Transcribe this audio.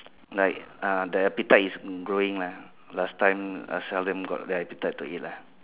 like uh the appetite is growing lah last time I seldom got the appetite to eat lah